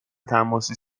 تماسی